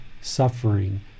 suffering